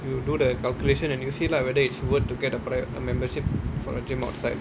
you do the calculation and you see lah whether it's worth to get a bra~ a membership for a gym outside